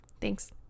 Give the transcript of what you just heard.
Thanks